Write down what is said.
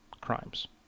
crimes